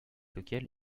laquelle